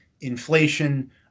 inflation